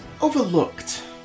overlooked